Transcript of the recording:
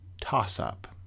Toss-Up